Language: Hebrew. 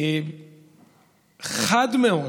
חד מאוד,